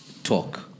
talk